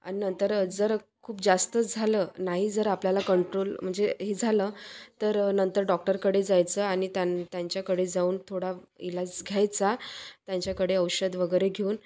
आणि नंतर जर खूप जास्त झालं नाही जर आपल्याला कंट्रोल म्हणजे हे झालं तर नंतर डॉक्टरकडे जायचं आणि त्यां त्यांच्याकडे जाऊन थोडा इलाज घ्यायचा त्यांच्याकडे औषध वगैरे घेऊन